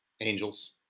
Angels